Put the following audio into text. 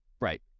Right